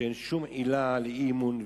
שאין שום עילה לאי-אמון,